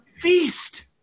feast